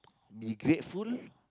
be grateful